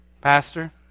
Pastor